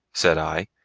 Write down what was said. said i,